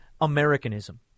Americanism